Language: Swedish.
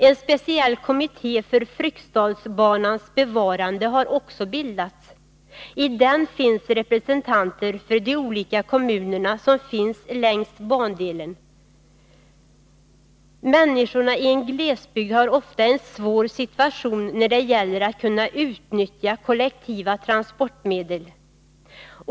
En speciell kommitté för Fryksdalsbanans bevarande har också bildats. I den finns representanter för de olika kommuner som finns längs bandelen. Människorna i en glesbygd har ofta en svår situation när det gäller att kunna utnyttja kollektiva transportmedel.